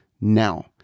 now